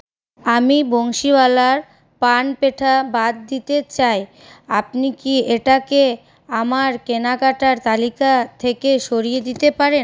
আমি বংশীওয়ালা পান পেঠা বাদ দিতে চাই আপনি কি এটাকে আমার কেনাকাটার তালিকা থেকে সরিয়ে দিতে পারেন